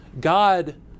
God